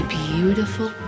beautiful